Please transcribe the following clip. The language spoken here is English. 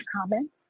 comments